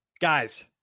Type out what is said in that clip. guys